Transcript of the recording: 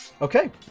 Okay